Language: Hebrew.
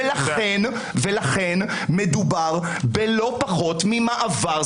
לכן מדובר בלא פחות ממעבר,